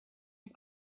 you